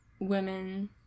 women